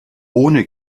ohne